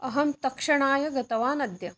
अहं तक्षणाय गतवान् अद्य